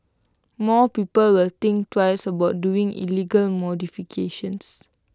more people will think twice about doing illegal modifications